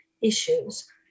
issues